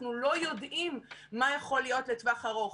אנחנו לא יודעים מה יכול להיות לטווח ארוך.